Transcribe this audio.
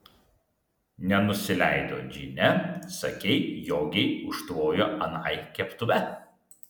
nenusileido džine sakei jogei užtvojo anai keptuve